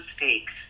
mistakes